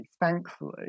thankfully